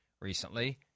recently